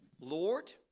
Lord